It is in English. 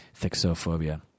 thixophobia